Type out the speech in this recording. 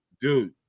Dude